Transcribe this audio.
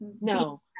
No